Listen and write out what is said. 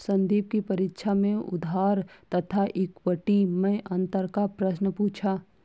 संदीप की परीक्षा में उधार तथा इक्विटी मैं अंतर का प्रश्न पूछा